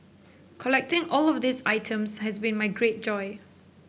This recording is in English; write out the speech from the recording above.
collecting all of these items has been my great joy